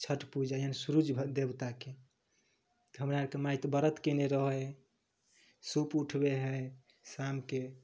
छठ पूजा यानि सुरुज देवताके हमरा आरके माइ तऽ व्रत कएने रहै हइ सूप उठबै हइ शामके